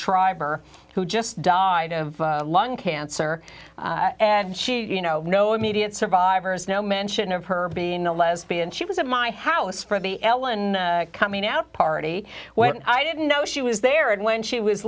shriver who just died of lung cancer and she you know no immediate survivors no mention of her being a lesbian she was at my house for the ellen coming out party when i didn't know she was there and when she was